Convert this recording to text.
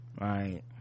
right